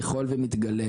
ככל ומתגלה,